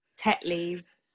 Tetley's